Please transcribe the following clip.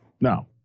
No